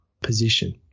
position